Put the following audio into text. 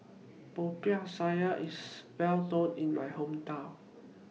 Popiah Sayur IS Well known in My Hometown